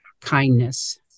kindness